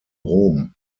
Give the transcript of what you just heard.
rom